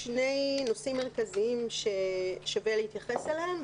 שני נושאים מרכזיים ששווה להתייחס אליהם,